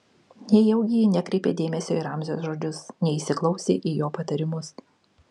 nejaugi ji nekreipė dėmesio į ramzio žodžius neįsiklausė į jo patarimus